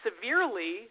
severely